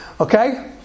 okay